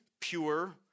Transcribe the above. pure